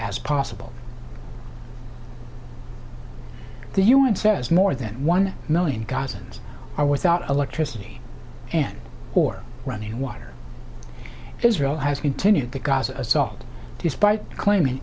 as possible the u n says more than one million gazans are without electricity and or running water israel has continued the gaza assault despite claiming